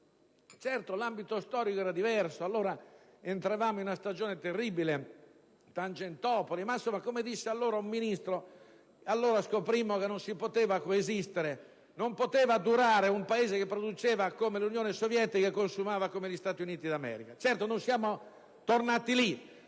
l'ambito storico era diverso (allora entravamo in una stagione terribile, Tangentopoli), ma come disse un Ministro allora scoprimmo che non poteva durare un Paese che produceva come l'Unione Sovietica e consumava come gli Stati Uniti d'America. Certo, non siamo tornati a